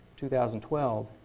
2012